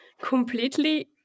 completely